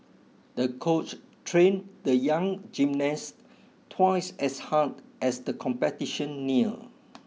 the coach trained the young gymnast twice as hard as the competition near